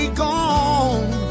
gone